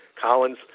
Collins